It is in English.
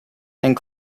and